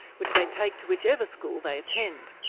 which they take to whichever school they attend.